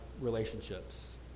relationships